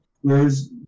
Whereas